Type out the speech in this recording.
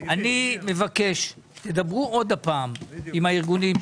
אני מבקש: תדברו עוד פעם עם הארגונים,